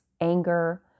anger